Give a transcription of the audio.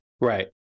Right